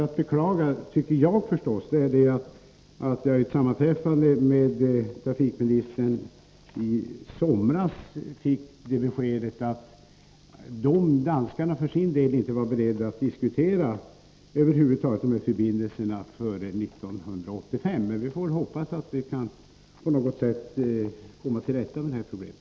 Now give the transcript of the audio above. Att beklaga är att jag vid ett sammanträffande med den danska trafikministern i somras fick beskedet att danskarna för sin del inte var beredda att över huvud taget diskutera de här förbindelserna före 1985. Men vi får väl hoppas att vi på något sätt kan komma till rätta med det här problemet.